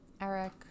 Eric